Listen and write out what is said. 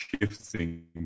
shifting